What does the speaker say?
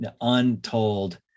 untold